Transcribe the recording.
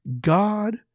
God